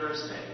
Thursday